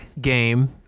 game